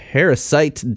Parasite